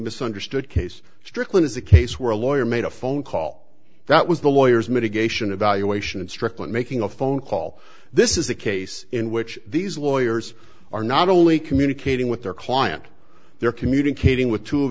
misunderstood case stricklin is a case where a lawyer made a phone call that was the lawyers mitigation evaluation and strickland making a phone call this is a case in which these lawyers are not only communicating with their client they're communicating with two of